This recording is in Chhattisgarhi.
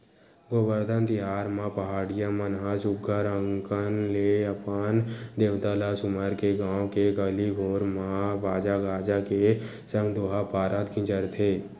गोबरधन तिहार म पहाटिया मन ह सुग्घर अंकन ले अपन देवता ल सुमर के गाँव के गली घोर म बाजा गाजा के संग दोहा पारत गिंजरथे